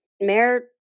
Mayor